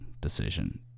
decision